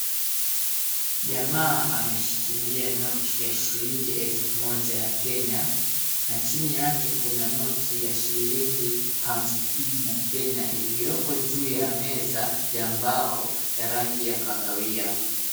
Jamaa ameshikilia noti ya shilingi elfu moja ya Kenya na chini yake kuna noti ya shilingi hamsini ya Kenya ilioko juu ya meza ya mbao ya rangi ya kahawia.